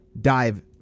dive